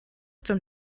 zum